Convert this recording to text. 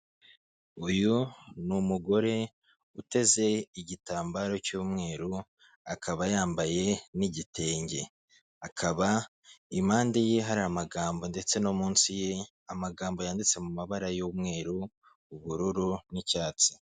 Uyu ni umugore uteze igitambaro cy'umweru, akaba yambaye n'igitenge. Akaba impande ye hari amagambo ndetse no munsi ye, amagambo yanditse mu mabara y'umweru, ubururu n'icyatsi.